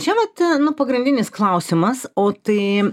ir va čia vat nu pagrindinis klausimas o tai